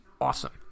awesome